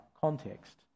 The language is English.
context